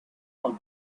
out